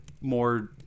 more